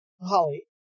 Holly